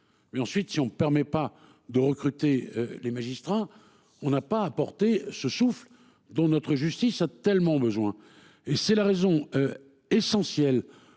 ensuite si on permet pas de recruter les magistrats. On n'a pas apporté ce souffle dont notre justice a tellement besoin et c'est la raison. Essentielle